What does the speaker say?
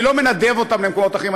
אני לא מנדב אותם למקומות אחרים.